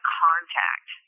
contact